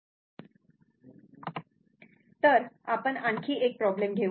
तर आपण आणखी एक प्रॉब्लेम घेऊ